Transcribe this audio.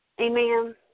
amen